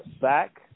back